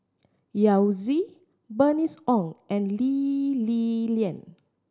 Yao Zi Bernice Ong and Lee Li Lian